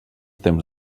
temps